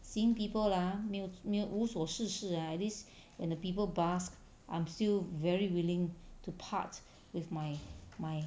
seeing people lah 没有没有无所事事 ah at least when the people bask I'm still very willing to part with my my